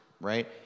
right